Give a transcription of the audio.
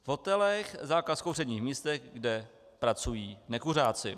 V hotelech zákaz kouření v místech, kde pracují nekuřáci.